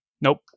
Nope